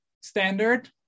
standard